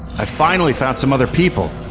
i finally found some other people.